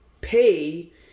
pay